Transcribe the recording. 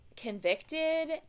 Convicted